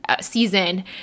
season